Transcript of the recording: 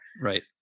right